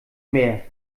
mehr